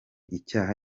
icyaha